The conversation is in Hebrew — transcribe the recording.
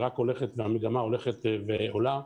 והמגמה הולכת ועולה,